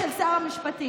של שר המשפטים.